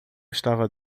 estava